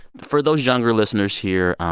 for those younger listeners here,